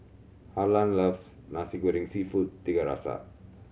Harlan loves Nasi Goreng Seafood Tiga Rasa